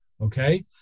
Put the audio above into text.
Okay